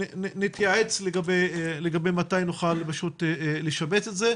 ונתייעץ לגבי מתי נוכל לשבץ את זה.